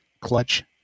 clutch